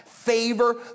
favor